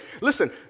listen